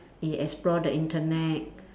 e~ explore the internet